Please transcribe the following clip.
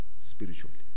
spiritually